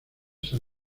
san